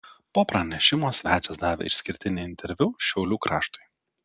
po pranešimo svečias davė išskirtinį interviu šiaulių kraštui